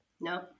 No